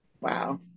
Wow